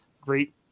great